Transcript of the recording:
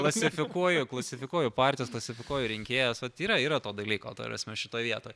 klasifikuoju klasifikuoju partijas klasifikuoju rinkėjus vat yra yra to dalyko ta prasme šitoj vietoj